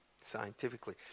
scientifically